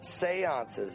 seances